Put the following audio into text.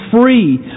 free